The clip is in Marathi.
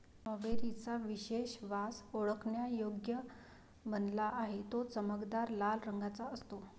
स्ट्रॉबेरी चा विशेष वास ओळखण्यायोग्य बनला आहे, तो चमकदार लाल रंगाचा असतो